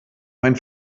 mein